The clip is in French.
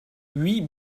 huit